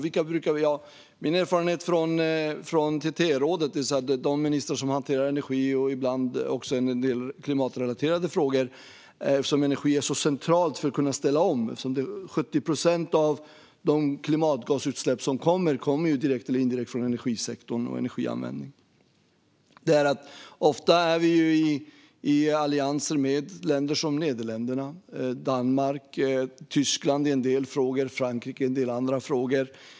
Jag har erfarenhet från TTE-rådet, det vill säga de ministrar som hanterar energi och ibland även en del klimatrelaterade frågor. Energi är så centralt för att kunna ställa om. 70 procent av klimatgasutsläppen kommer direkt eller indirekt från energisektorn och energianvändning. Ofta är vi allianser med länder som Nederländerna, Danmark, Tyskland i en del frågor och Frankrike i en del andra frågor.